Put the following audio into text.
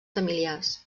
familiars